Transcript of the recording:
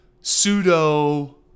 pseudo